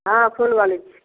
हँ फूल बाली छी